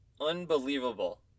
unbelievable